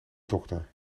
dokter